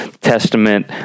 Testament